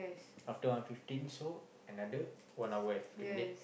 after one fifteen so another one hour and fifteen minute